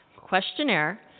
questionnaire